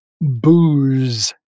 booze